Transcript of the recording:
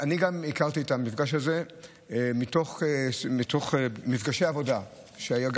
אני גם הכרתי את המפגש הזה מתוך מפגשי עבודה שהיו,